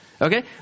Okay